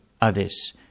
others